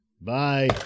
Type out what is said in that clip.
Bye